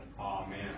Amen